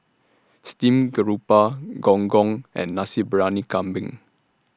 Steamed Garoupa Gong Gong and Nasi Briyani Kambing